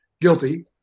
guilty